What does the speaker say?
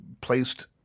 placed